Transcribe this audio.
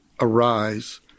arise